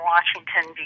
Washington